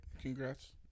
Congrats